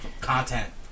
content